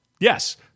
Yes